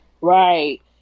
Right